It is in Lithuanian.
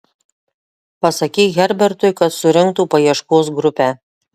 pasakyk herbertui kad surinktų paieškos grupę